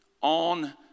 on